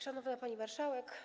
Szanowna Pani Marszałek!